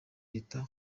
leta